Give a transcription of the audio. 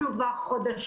בגלל